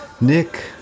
Nick